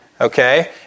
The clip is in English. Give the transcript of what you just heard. Okay